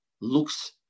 looks